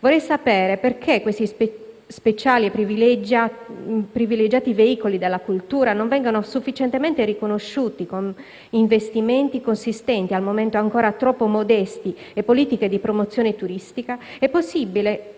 Vorrei sapere perché questi speciali e privilegiati veicoli della cultura non vengano sufficientemente riconosciuti con investimenti consistenti, al momento ancora troppo modesti, e politiche di promozione turistica. È possibile